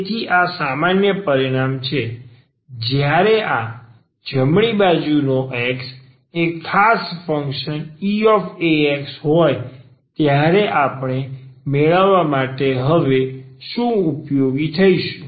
તેથી આ સામાન્ય પરિણામ છે જ્યારે આ જમણી બાજુનો x એ ખાસ ફંકશનનું eax હોય ત્યારે આપણે મેળવવા માટે હવે શું ઉપયોગી થઈશું